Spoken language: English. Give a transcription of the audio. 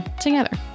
together